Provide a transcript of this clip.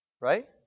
Right